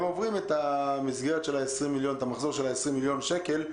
הם עוברים את המחזור של ה-20 מיליון שקל.